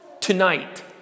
tonight